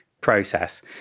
process